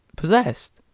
possessed